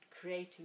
creating